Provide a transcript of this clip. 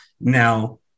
now